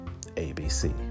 ABC